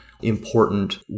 important